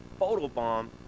photobomb